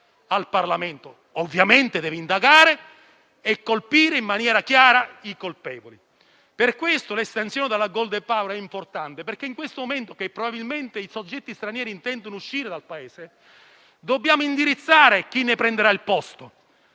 del Parlamento; ovviamente deve indagare e colpire in maniera chiara i colpevoli. Per questo l'estensione del *golden power* è importante: in un momento in cui probabilmente i soggetti stranieri intendono uscire dal Paese, dobbiamo indirizzare chi ne prenderà il posto